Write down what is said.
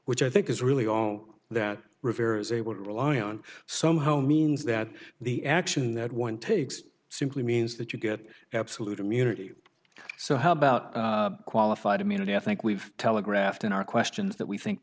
which i think is really all that revere is able to rely on somehow means that the action that one takes simply means that you get absolute immunity so how about qualified immunity i think we've telegraphed in our questions that we think